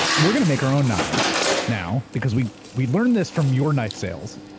we're going to make our own knives now, because we we learned this from your knife sales